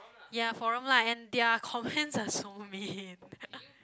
ya forum lah and their comments are so mean